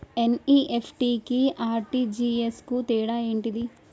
NEFT కి RTGS కు తేడా ఏంటిది?